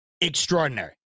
extraordinary